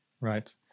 Right